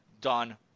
done